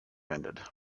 ended